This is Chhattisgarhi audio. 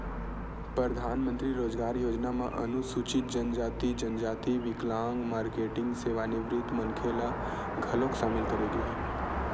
परधानमंतरी रोजगार योजना म अनुसूचित जनजाति, जनजाति, बिकलांग, मारकेटिंग, सेवानिवृत्त मनखे ल घलोक सामिल करे गे हे